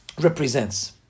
represents